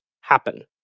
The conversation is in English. happen